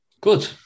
Good